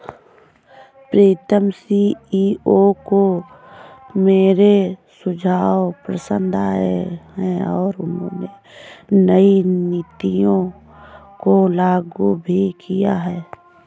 प्रीतम CEO को मेरे सुझाव पसंद आए हैं और उन्होंने नई नीतियों को लागू भी किया हैं